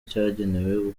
cyagenewe